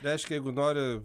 reiškia jeigu nori